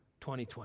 2020